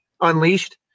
unleashed